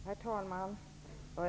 Herr talman!